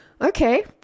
Okay